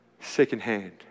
secondhand